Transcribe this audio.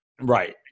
Right